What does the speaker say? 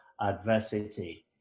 adversity